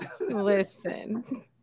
Listen